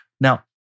Now